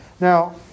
Now